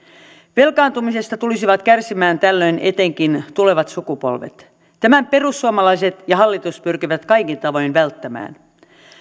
velkaantumisesta tulisivat kärsimään tällöin etenkin tulevat sukupolvet tämän perussuomalaiset ja hallitus pyrkivät kaikin tavoin välttämään